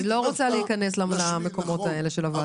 אני לא רוצה להיכנס למקומות האלה של הקמת ועדות וכו'.